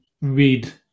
read